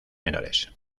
menores